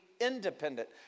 independent